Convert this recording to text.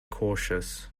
cautious